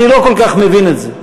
אני לא כל כך מבין את זה.